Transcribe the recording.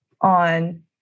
on